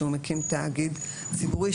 שהוא מקים תאגיד ציבורי,